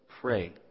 pray